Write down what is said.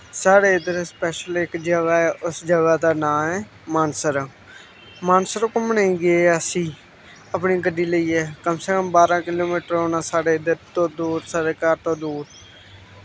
साढ़े इद्धर स्पैशल इक जगह ऐ उस जगह दा नांऽ ऐ मानसर मानसर घूमने गे असी अपनी गड्डी लेइयै कम से कम बारां किलो मीटर होना साढ़े इद्धर तो दूर साढ़े घर तो दूर